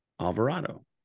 Alvarado